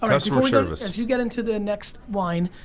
um customer service. as you get into the next wine.